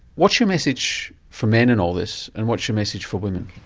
what's your message for men in all this, and what's your message for women?